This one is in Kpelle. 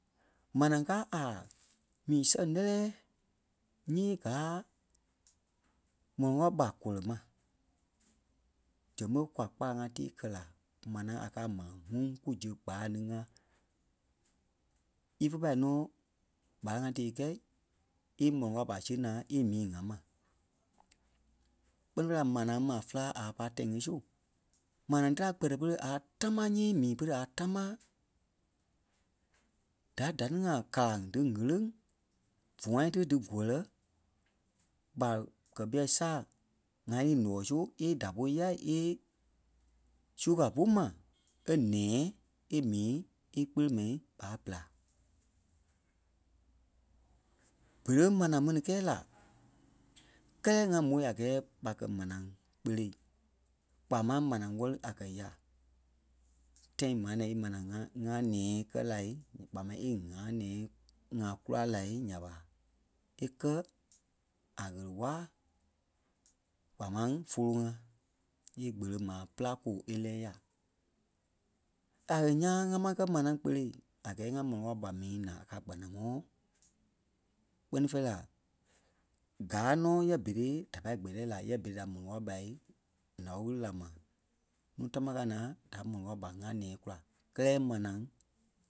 Manaa kaa a mii sɛŋ lɛlɛɛ nyii gáa mɔlɔŋ kao ɓa kɔlɔ mai zɛŋ ɓé kwa kpalaŋ-ŋa tíi kɛ la. Manaa a ka a maa ŋuŋ ku zi gbalaŋ ti ŋa. Ífe pâi nɔ́ gbalaŋ-ŋa tíi kɛ̂i é mɔlɔŋ kao ɓa sii naa e mii ŋa ma. Kpɛ́ni fêi la manaa maa félaa a pa tãi ŋí su. Manaa da kpɛtɛ pere a támaa nyii mii pere a tamaa, da da-ni ŋai karaŋ dí ɣîleŋ fûyaŋ ti dí gɔlɛ ɓa kɛ ɓîɛ saa ŋa lii ǹɔɔ su e da pú yâi è sugar pú ma e nɛ̃ɛ e mii íkpele mɛi ɓa pela. Bere manaa mɛni kɛɛ la kɛlɛ ŋa môi a gɛɛ ɓa ké m̀anaa kpele kpaa máŋ manaa wɛli a kɛ́ ya tãi maa nɛ̃ɛ í manaa ŋa- ŋaa-nɛ̃ɛi kɛ la kpaa máŋ é ŋaa-nɛ̃ɛ ŋa kula lai nya ɓa íkɛ a ɣele-waa kpaa máŋ folo-ŋa í gbele maa pela kóo é lɛ́ɛ ya. A kɛ̀ ńyãa ŋa maŋ kɛ́ manaa kpele a gɛɛ ŋa mɔlɔŋ kao ɓa mii naa a kaa a kpanaŋɔɔ kpɛ́ni fêi la gáa nɔ́ yɛɛ berei da pâi gbɛtɛ la yɛɛ berei da m̀oloŋ kao ɓa nào ɣili la mai. Núu tamaa káa naa da mɔlɔŋ kao ɓa ŋá nɛ̃ɛ kula kɛlɛ manaa